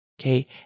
Okay